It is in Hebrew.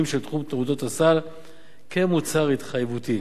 של תחום תעודות הסל כמוצר התחייבותי.